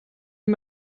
die